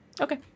Okay